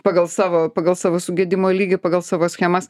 pagal savo pagal savo sugedimo lygį pagal savo schemas